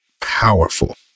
powerful